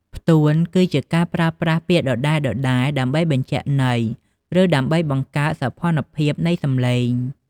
ផ្ទួន គឺជាការប្រើប្រាស់ពាក្យដដែលៗដើម្បីបញ្ជាក់ន័យ ឬដើម្បីបង្កើតសោភ័ណភាពនៃសំឡេង។